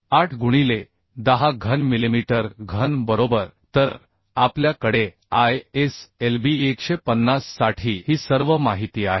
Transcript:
8 गुणिले 10 घन मिलिमीटर घन बरोबर तर आपल्या कडे ISLB 150 साठी ही सर्व माहिती आहे